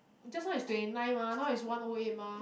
just now is twenty nine mah now is one O eight mah